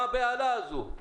מה הבהלה הזאת?